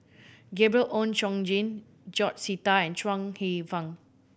Gabriel Oon Chong Jin George Sita and Chuang Hsueh Fang